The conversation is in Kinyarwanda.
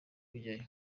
kujyayo